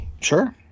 Sure